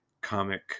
comic